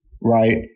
right